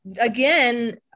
again